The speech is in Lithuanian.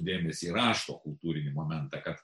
dėmesį rašto kultūrinį momentą kad